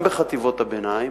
גם בחטיבות הביניים.